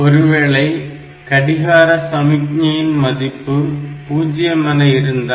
ஒருவேளை கடிகார சமிக்ஞையின் மதிப்பு 0 என இருந்தால்